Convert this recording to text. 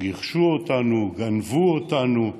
גירשו אותנו, גנבו אותנו,